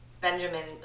Benjamin